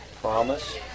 promise